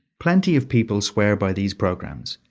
plenty of people swear by these programs,